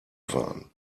fahren